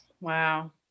Wow